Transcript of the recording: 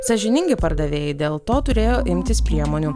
sąžiningi pardavėjai dėl to turėjo imtis priemonių